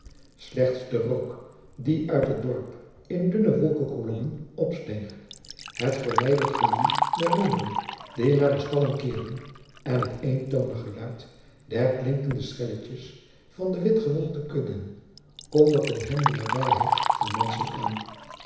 slechts de rook die uit het dorp in dunne wolkkolommen opsteeg het verwijderd geloei der runderen die naar de stallen keerden en het eentoonig geluid der klinkende schelletjens van de witgewolde kudden kondigden hem de nabijheid van menschen aan